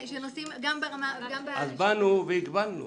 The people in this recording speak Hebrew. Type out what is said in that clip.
אז באנו והגבלנו.